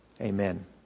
Amen